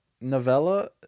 novella